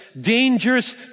dangerous